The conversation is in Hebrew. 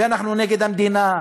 ואנחנו נגד המדינה,